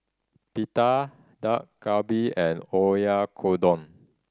Pita Dak Galbi and Oyakodon